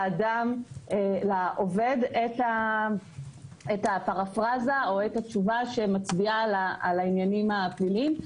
לעובד את הפרפרזה או את התשובה שמצביעה על העניינים הפליליים,